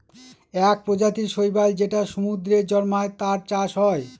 এক প্রজাতির শৈবাল যেটা সমুদ্রে জন্মায়, তার চাষ হয়